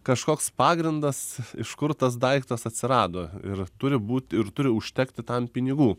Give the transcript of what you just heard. kažkoks pagrindas iš kur tas daiktas atsirado ir turi būt ir turi užtekti tam pinigų